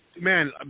Man